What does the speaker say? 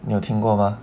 你有听过吗